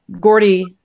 Gordy